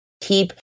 keep